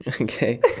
Okay